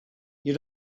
you